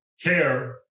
care